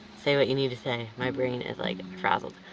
say what you need to say. my brain is like, frazzled.